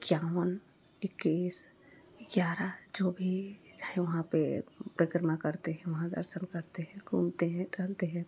इक्यावन इक्कीस ग्यारह जो भी चाहे वहाँ पर परिक्रमा करते हैं वहाँ दर्शन करते हैं घूमते हैं टहलते हैं